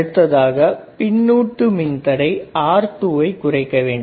அடுத்ததாக பின்னுட்டு மின்தடை R2வை குறைக்கவேண்டும்